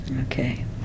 Okay